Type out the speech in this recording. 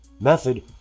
Method